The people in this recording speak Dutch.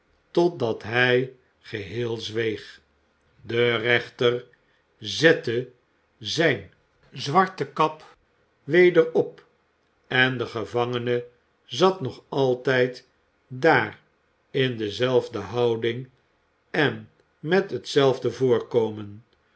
totdat hij geheel zweeg de rechter zette zijne zwarte kap weder op en de gevangene zat nog altijd daar in dezelfde houding en met hetzelfde voorkomen